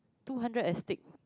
two hundred astig